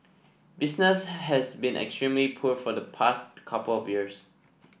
business has been extremely poor for the past couple of years